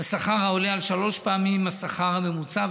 בשכר העולה על שלוש פעמים השכר הממוצע,